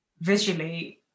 visually